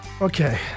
Okay